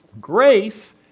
grace